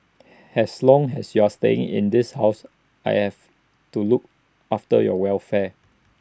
as long as you are staying in this house I have to look after your welfare